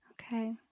Okay